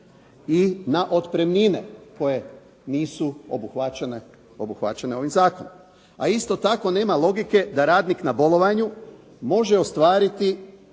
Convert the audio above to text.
i na otpremnine koje nisu obuhvaćene ovim zakonom. A isto tako nema logike da radnik na bolovanju može ostvariti